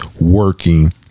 working